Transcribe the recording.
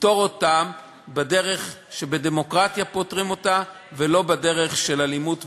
נפתור אותן בדרך שבדמוקרטיה פותרים אותן ולא בדרך של אלימות וטרור.